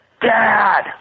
Dad